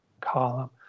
column